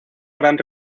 gran